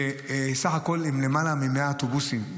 בסך הכול למעלה מ-100 אוטובוסים,